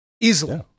Easily